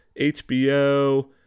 HBO